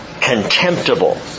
contemptible